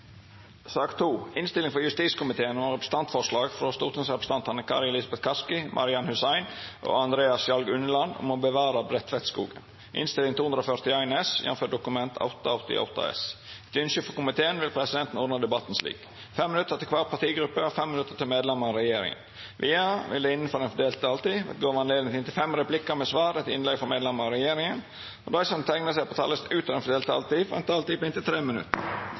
sak nr. 1. Etter ynske frå justiskomiteen vil presidenten ordna debatten slik: 5 minutt til kvar partigruppe og 5 minutt til medlemer av regjeringa. Vidare vil det – innanfor den fordelte taletida – verta gjeve anledning til inntil fem replikkar med svar etter innlegg frå medlemer av regjeringa, og dei som måtte teikna seg på talarlista utover den fordelte taletida, får ei taletid på inntil 3 minutt.